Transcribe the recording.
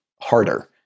harder